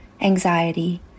anxiety